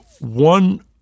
One